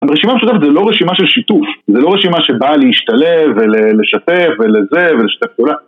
הרשימה המשותפת זה לא רשימה של שיתוף, זה לא רשימה שבאה להשתלב ולשתף ולזה ולשתף כולה...